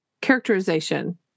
characterization